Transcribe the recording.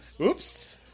Oops